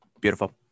Beautiful